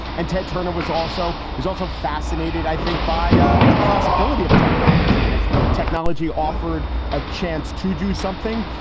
and ted turner was also he was also fascinated, i think, by ah the possibility of technology. and if technology offered a chance to do something,